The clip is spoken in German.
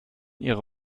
ihre